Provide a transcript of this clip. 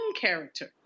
character